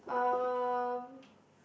um